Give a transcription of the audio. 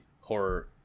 horror